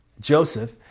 Joseph